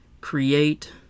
create